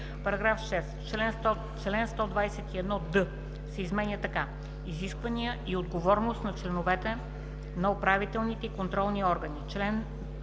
§ 6: § 6. Член 121д се изменя така: „Изисквания и отговорност на членовете на управителните и контролните органи